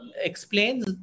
explains